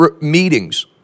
meetings